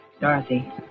Dorothy